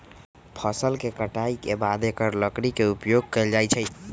फ़सल के कटाई के बाद एकर लकड़ी के उपयोग कैल जाइ छइ